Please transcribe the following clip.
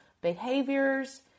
behaviors